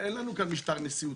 -- אין לנו כאן משטר נשיאותי,